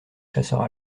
chasseurs